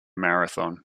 marathon